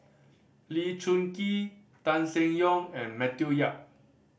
Lee Choon Kee Tan Seng Yong and Matthew Yap